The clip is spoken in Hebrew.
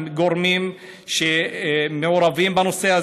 עם גורמים שמעורבים בנושא הזה.